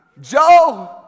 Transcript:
Joe